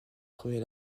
premier